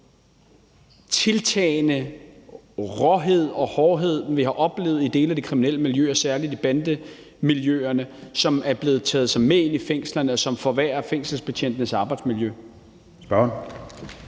tiltagende råhed og hårdhed, vi har oplevet i dele af det kriminelle miljø og særlig i bandemiljøerne, som er blevet taget med ind i fængslerne, og som forværrer fængselsbetjentenes arbejdsmiljø. Kl.